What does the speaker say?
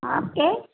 okay